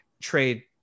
trade